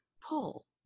pull